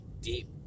deep